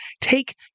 take